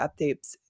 updates